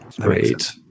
Great